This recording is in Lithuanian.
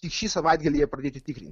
tik šį savaitgalį jie pradėti tikrinti